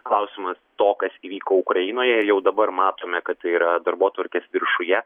klausimas to kas įvyko ukrainoje jau dabar matome kad tai yra darbotvarkės viršuje